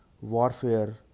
warfare